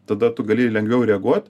tada tu gali lengviau reaguot